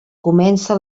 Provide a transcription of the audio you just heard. comença